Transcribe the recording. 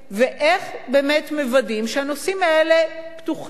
ואיך באמת מוודאים שהנושאים האלה פתוחים,